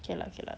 okay lah okay lah